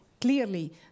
clearly